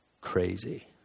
crazy